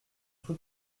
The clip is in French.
tout